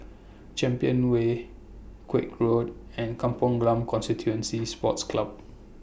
Champion Way Koek Road and Kampong Glam Constituency Sports Club